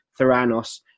Theranos